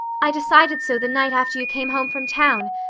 i decided so the night after you came home from town.